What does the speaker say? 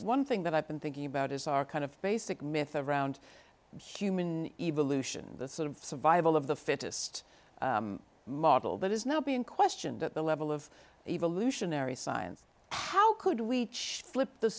one thing that i've been thinking about is our kind of basic myth of around human evolution the sort of survival of the fittest model that is now being questioned at the level of evolutionary science how could we flip the